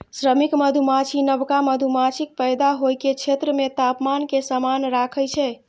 श्रमिक मधुमाछी नवका मधुमाछीक पैदा होइ के क्षेत्र मे तापमान कें समान राखै छै